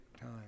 time